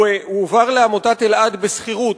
הוא הועבר לעמותת אלע"ד בשכירות,